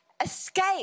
escape